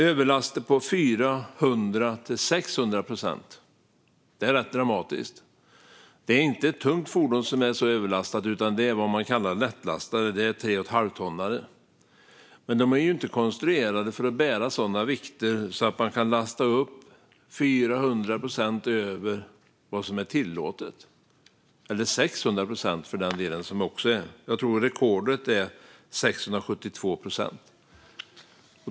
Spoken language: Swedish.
Överlaster på 400-600 procent är rätt dramatiskt. Det är inte ett tungt fordon som är så överlastat, utan det är vad man kallar lättlastade fordon - det är 3,5-tonnare. De är inte konstruerade för att bära sådana vikter att man kan lasta upp 400 procent över vad som är tillåtet, eller 600 procent för den delen. Jag tror att rekordet är 672 procent.